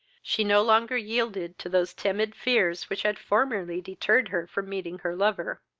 she no longer yielded to those timid fears which had formerly deterred her from meeting her lover.